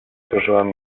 uderzyłem